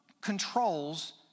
controls